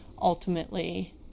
ultimately